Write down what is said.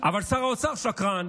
אבל שר האוצר שקרן